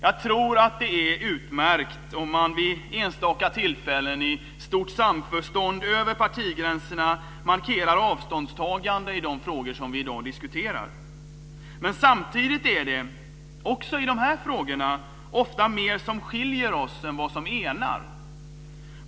Jag tror att det är utmärkt att vid enstaka tillfällen i stort samförstånd, över partigränserna, markera avståndstagande i de frågor som vi i dag diskuterar. Men samtidigt är det ofta, också i dessa frågor, mer som skiljer oss än som enar.